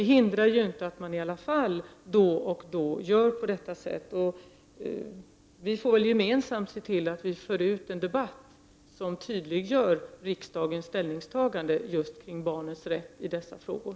Det hindrar emellertid inte att det i alla fall förekommer då och då. Vi får väl gemensamt se till att föra ut en debatt som tydliggör riksdagens ställningstagande just kring barnens rätt i dessa frågor.